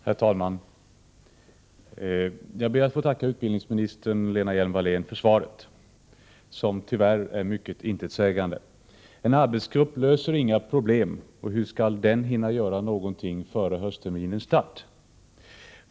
Herr talman! Jag ber att få tacka utbildningsminister Lena Hjelm-Wallén för svaret, som tyvärr är mycket intetsägande. En arbetsgrupp löser inga problem. Hur skall den hinna göra någonting före höstterminens start?